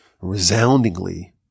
resoundingly